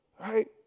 right